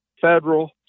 federal